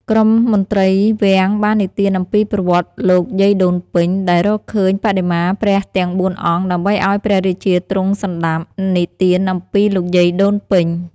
ក្រុមមន្ត្រីវាំងបាននិទានអំពីប្រវត្តិលោកយាយដូនពេញ ដែលរកឃើញបដិមាព្រះទាំងបួនអង្គ ដើម្បីឱ្យព្រះរាជាទ្រង់សណ្ដាប់ និទានអំពីលោកយាយដូនពេញ។